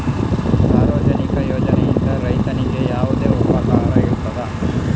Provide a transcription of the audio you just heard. ಸಾರ್ವಜನಿಕ ಯೋಜನೆಯಿಂದ ರೈತನಿಗೆ ಯಾವುದೆಲ್ಲ ಉಪಕಾರ ಇರ್ತದೆ?